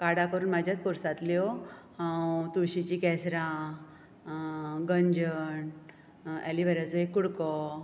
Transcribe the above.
काडा करूंक म्हज्याच पोरसांतल्यो हांव तुळशीचीं केसरां गंजन एलिवेराचो एक कुडको